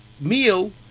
meal